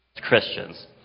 Christians